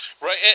Right